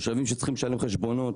תושבים שצריכים לשלם חשבונות,